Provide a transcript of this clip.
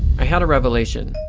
i had a revelation.